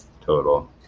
total